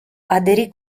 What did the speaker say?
aderì